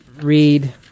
read